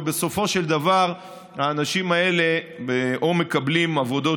ובסופו של דבר האנשים האלה מקבלים עבודות